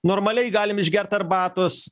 normaliai galim išgerti arbatos